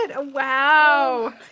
head wow.